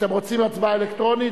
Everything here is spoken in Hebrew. אתם רוצים הצבעה אלקטרונית?